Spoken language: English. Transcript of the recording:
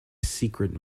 secret